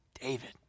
David